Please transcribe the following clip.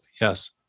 yes